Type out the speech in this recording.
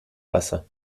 wasser